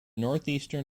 northeastern